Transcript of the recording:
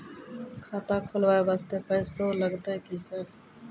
खाता खोलबाय वास्ते पैसो लगते की सर?